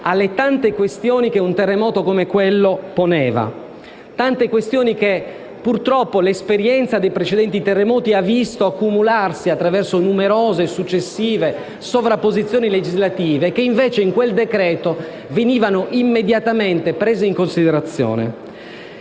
alle tante questioni che un terremoto come quello poneva; tante questioni che, purtroppo, l'esperienza dei precedenti terremoti ha visto accumularsi attraverso numerose e successive sovrapposizioni legislative e che invece in quel decreto-legge venivano immediatamente prese in considerazione.